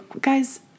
guys